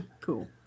Cool